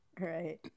Right